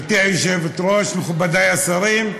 גברתי היושבת-ראש, מכובדי השרים,